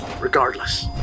Regardless